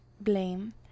blame